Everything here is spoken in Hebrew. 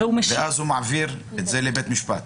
אז הוא מעביר את זה לבית משפט.